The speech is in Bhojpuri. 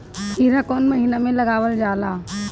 खीरा कौन महीना में लगावल जाला?